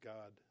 God